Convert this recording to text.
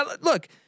look